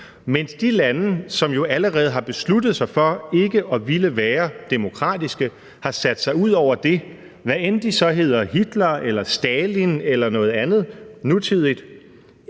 de i de lande, som jo allerede har besluttet sig for ikke at ville være demokratiske, har sat sig ud over det, hvad enten de så hedder Hitler eller Stalin eller noget andet nutidigt.